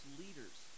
leaders